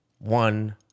one